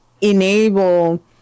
enable